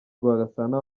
rwagasana